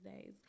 days